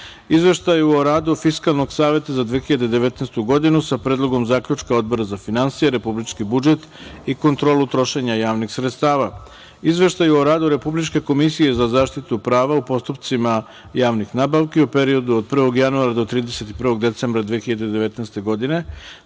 Izveštaju o radu Fiskalnog saveta za 2019. godinu sa predlogom zaključka Odbora za finansije, republički budžet i kontrolu trošenja javnih sredstva, Izveštaju o radu Republičke komisije za zaštitu prava u postupcima javnih nabavki u periodu od 1. januara do 31. decembra 2019. godine,